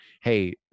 Hey